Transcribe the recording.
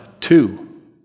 two